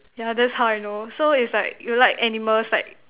ya that's how I know so it's like you like animals like